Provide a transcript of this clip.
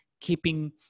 keeping